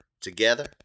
Together